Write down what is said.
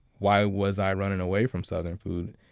why was i running away from southern food?